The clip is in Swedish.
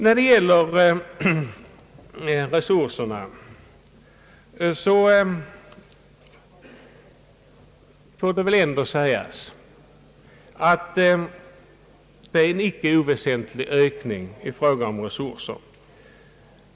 När det gäller resurserna får det ändå sägas att den föreslagna ökningen inte är oväsentlig.